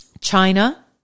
China